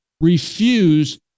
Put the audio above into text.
refuse